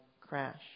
crash